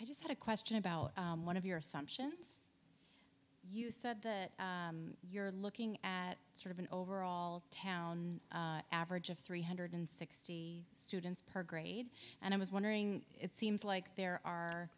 i just had a question about one of your assumptions you said you're looking at sort of an overall town average of three hundred sixty students per grade and i was wondering it seems like there are